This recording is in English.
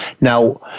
Now